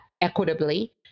equitably